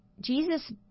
Jesus